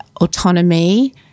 autonomy